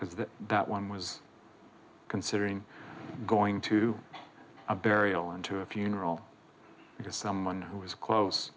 because that that one was considering going to a burial and to a funeral because someone who was close